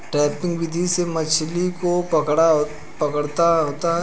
trapping विधि से मछली को पकड़ा होता है